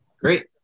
Great